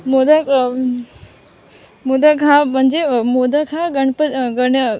मोदक मोदक हा म्हणजे मोदक हा गणप गणं